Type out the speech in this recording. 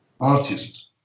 artist